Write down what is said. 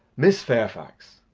miss fairfax,